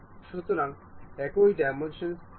এখন একই ডাইমেনশন্স দেখতে দিন